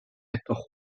estos